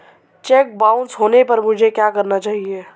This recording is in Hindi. चेक बाउंस होने पर मुझे क्या करना चाहिए?